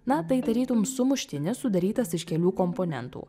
na tai tarytum sumuštinis sudarytas iš kelių komponentų